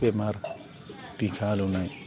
बेमार बिखा आलौनाय